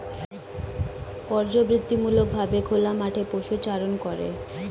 পর্যাবৃত্তিমূলক ভাবে খোলা মাঠে পশুচারণ করে